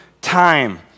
time